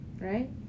right